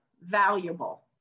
valuable